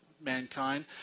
mankind